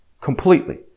Completely